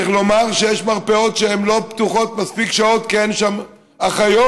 צריך לומר שיש מרפאות שלא פתוחות מספיק שעות כי אין שם אחיות,